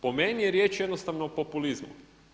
Po meni je riječ jednostavno o populizmu.